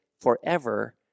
forever